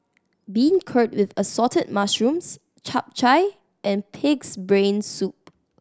beancurd with Assorted Mushrooms Chap Chai and Pig's Brain Soup